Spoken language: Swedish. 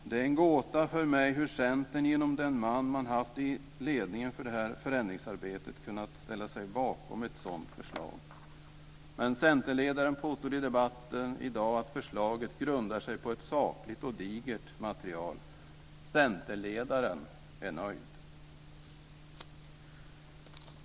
Det är en gåta för mig hur Centern genom den man som man haft i ledningen för detta förändringsarbete har kunnat ställa sig bakom ett sådant förslag. Men centerledaren påstod i debatten i dag att förslaget grundar sig på ett sakligt och digert material. Centerledaren är nöjd.